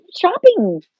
shopping